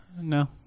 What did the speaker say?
No